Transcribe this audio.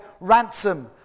ransom